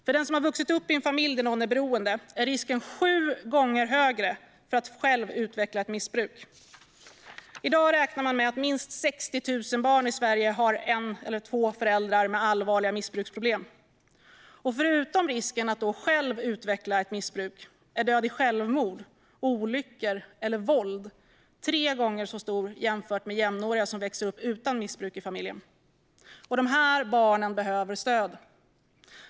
För den som har vuxit upp i en familj där någon är beroende är risken sju gånger högre att själv utveckla ett missbruk. I dag räknar man med att minst 60 000 barn i Sverige har en eller två föräldrar med allvarliga missbruksproblem. Förutom risken att själv utveckla ett missbruk är död i självmord, olyckor eller våld tre gånger så stor som för jämnåriga som växer upp utan missbruk i familjen. De här barnen behöver stöd.